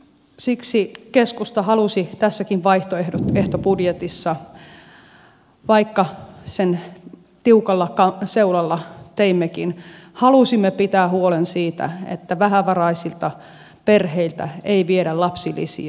siksi keskustassa tässäkin vaihtoehtobudjetissa vaikka sen tiukalla seulalla teimmekin halusimme pitää huolen siitä että vähävaraisilta perheiltä ei viedä lapsilisiä